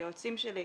היועצים שלי,